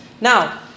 Now